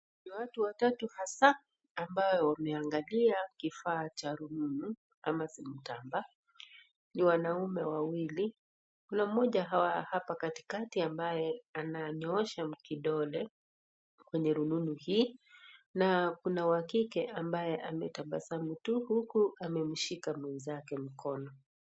Watu watatu hasa ambao wameangalia kifaa cha rununu ama simu tamba, ni wanaume wawili, kuna mmoja hapa katikati ambaye ananyoosha kidole, kwenye rununu hii na kuna wa kike ambaye ametabasamu tu huku amemshika mwenzake mkono.